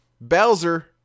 bowser